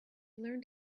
learned